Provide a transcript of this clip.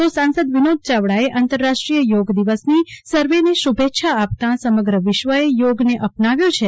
તો સાંસદ વિનોદ ચાવડાએ આંતરરાષ્ટ્રીય યોગ દિવસની સર્વેને શુભેચ્છા આપતાં સમગ્ર વિશ્વએ યોગને અપનાવ્યો છે